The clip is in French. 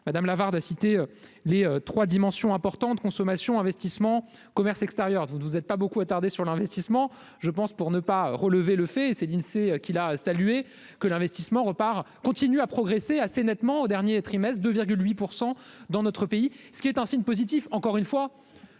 madame Lavarde a cité les 3 dimensions importantes, consommation, investissements, commerce extérieur, vous ne vous êtes pas beaucoup attardé sur l'investissement, je pense, pour ne pas relever le fait et c'est l'Insee qui l'a salué, que l'investissement repart continue à progresser assez nettement au dernier trimestre 2,8 % dans notre pays, ce qui est un signe positif, encore une fois,